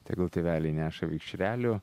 tegul tėveliai neša vikšrelių